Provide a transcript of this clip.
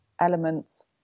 elements